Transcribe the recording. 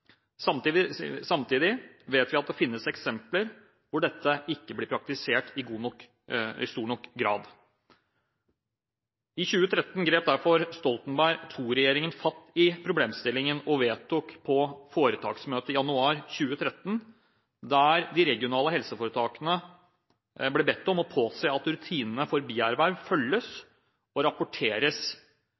Samtidig vet vi at det finnes eksempler hvor dette ikke blir praktisert i stor nok grad. I 2013 grep derfor Stoltenberg II-regjeringen fatt i problemstillingen og vedtok på foretaksmøtet i januar 2013 at de regionale helseforetakene skal påse at rutinene for bierverv følges og rapporteres,